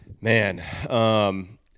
man